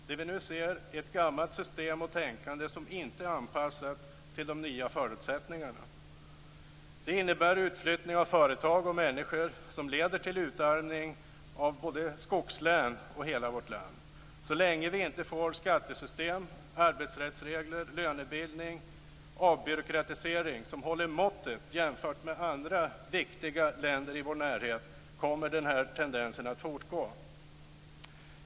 Det vi nu ser är ett gammalt system och tänkande som inte är anpassat till de nya förutsättningarna. Det innebär utflyttning av företag och människor som leder till utarmning av både skogslän och hela vårt land. Så länge vi inte får skattesystem, arbetsrättsregler, lönebildning och avbyråkratisering som håller måttet jämfört med andra viktiga länder i vår närhet kommer den här tendensen att fortgå.